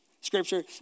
Scripture